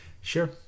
Sure